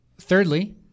thirdly